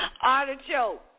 Artichoke